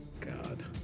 God